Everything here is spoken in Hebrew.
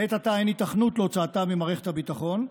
לעת עתה אין היתכנות להוצאתה ממערכת הביטחון.